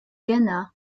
ghana